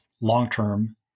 long-term